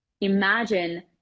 Imagine